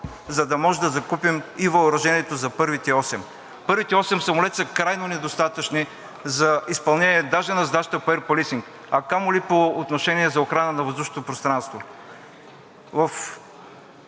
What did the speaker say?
за да може да закупим въоръжението за първите осем. Първите осем самолета са крайно недостатъчни за изпълнение даже на задачата по Air Policing, камо ли по отношение за охрана на въздушното пространство.